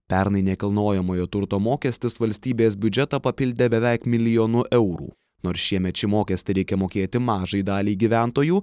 pernai nekilnojamojo turto mokestis valstybės biudžetą papildė beveik milijonu eurų nors šiemet šį mokestį reikia mokėti mažai daliai gyventojų